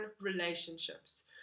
relationships